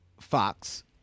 Fox